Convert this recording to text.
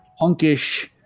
punkish